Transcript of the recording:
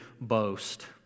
boast